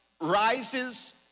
rises